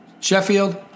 Sheffield